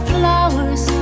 flowers